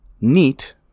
Neat